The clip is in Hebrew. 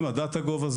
לגבי ה- .Data Govמירי